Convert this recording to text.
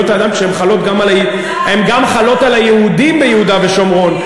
כשהן חלות גם על היהודים ביהודה ושומרון,